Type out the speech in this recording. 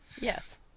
Yes